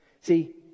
See